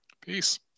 Peace